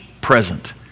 present